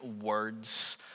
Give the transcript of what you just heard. words